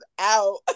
out